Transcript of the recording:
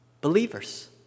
Believers